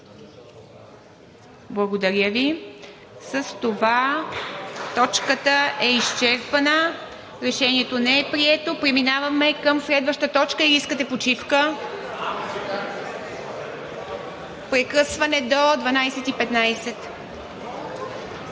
Благодаря Ви. С това точката е изчерпана – Решението не е прието. Преминаваме към следващата точка или искате почивка? Прекъсване до 12,15